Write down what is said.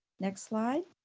next slide.